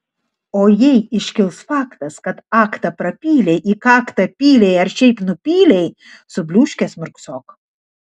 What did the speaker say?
o jei iškils faktas kad aktą prapylei į kaktą pylei ar šiaip nupylei subliūškęs murksok